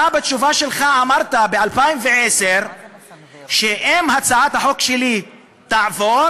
אתה בתשובה שלך אמרת ב-2010 שאם הצעת החוק שלי תעבור,